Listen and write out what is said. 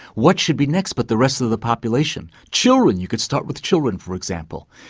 what should be next but the rest of the population. children, you could start with children for example.